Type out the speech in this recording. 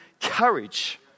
courage